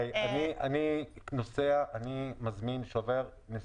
--- אני רוצה רק לבקש דבר אחד ממשרד התחבורה.